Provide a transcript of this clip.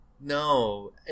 No